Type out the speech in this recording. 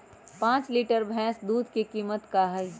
पाँच लीटर भेस दूध के कीमत का होई?